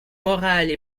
morales